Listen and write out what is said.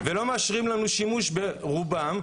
ולא מאשרים לנו שימוש ברובם,